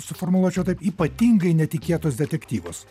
suformuluočiau taip ypatingai netikėtus detektyvus